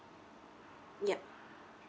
ya